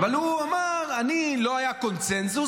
אבל הוא אמר: לא היה קונסנזוס.